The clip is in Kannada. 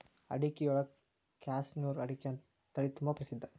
ಅಡಿಕಿಯೊಳಗ ಕ್ಯಾಸನೂರು ಅಡಿಕೆ ತಳಿತುಂಬಾ ಪ್ರಸಿದ್ಧ